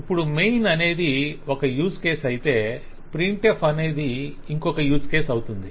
ఇప్పుడు మెయిన్ అనేది ఒక యూజ్ కేస్ అయితే ప్రింట్ ఎఫ్ అనేది ఇంకొక యూజ్ కేసు అవుతుంది